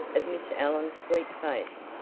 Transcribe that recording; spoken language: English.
of miss allen's sweet face,